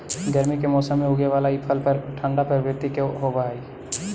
गर्मी के मौसम में उगे बला ई फल ठंढा प्रवृत्ति के होब हई